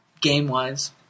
game-wise